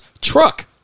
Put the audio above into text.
truck